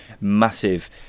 massive